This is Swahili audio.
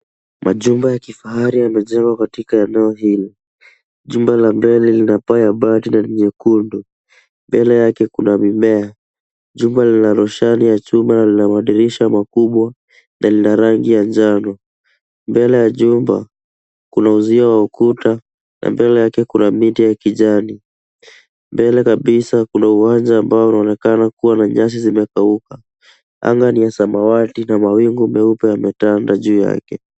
Majumba ya kifahari yamejengwa katika eneo hili. Jumba la mbele lina paa ya bati na ni nyekundu. Mbele yake kuna mimea. Jumba lina roshani ya chuma na lina madirisha makubwa na ni la rangi ya njano. Mbele ya jumba kuna uzio wa ukuta na mbele yake kuna miti ya kijani. Mbele kabisa kuna uwanja ambao unaonekana kuwa na nyasi zimekauka. Anga ni ya samawati na mawingu meupe yametanda juu yake.